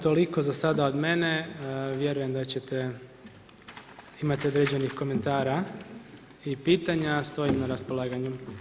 Toliko za sada od mene, vjerujem da ćete imati određenih komentara i pitanja, stojim na raspolaganju.